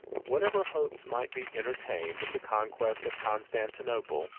whatever hopes might be entertained of the conquest of constantinople,